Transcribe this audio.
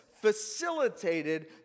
facilitated